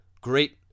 great